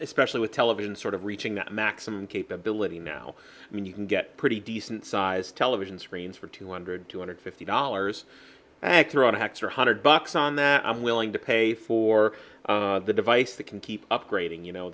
especially with television sort of reaching that maximum capability now i mean you can get pretty decent sized television screens for two hundred two hundred fifty dollars thrown have three hundred bucks on that i'm willing to pay for the device that can keep upgrading you know